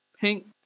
pink